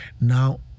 now